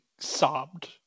sobbed